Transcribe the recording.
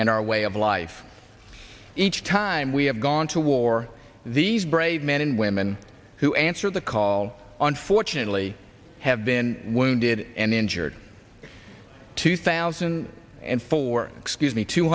and our way of life each time we have gone to war these brave men and women who answered the call unfortunately have been wounded and injured two thousand and four excuse me two